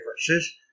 differences